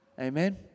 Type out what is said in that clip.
amen